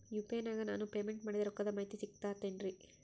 UPI ನಾಗ ನಾನು payment ಮಾಡಿದ ರೊಕ್ಕದ ಮಾಹಿತಿ ಸಿಕ್ತಾತೇನ್ರೀ?